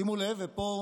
שימו לב, ופה,